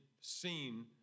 seen